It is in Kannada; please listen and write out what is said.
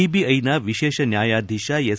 ಸಿಬಿಐನ ವಿಶೇಷ ನ್ಯಾಯಾಧೀತ ಎಸ್